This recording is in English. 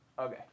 Okay